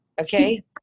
Okay